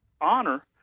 honor